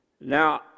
Now